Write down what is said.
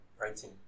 writing